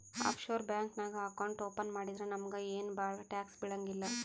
of sure bank ನಾಗ್ account open ಮಾಡಿದ್ರ ನಮುಗ ಏನ್ ಭಾಳ ಟ್ಯಾಕ್ಸ್ ಬೀಳಂಗಿಲ್ಲ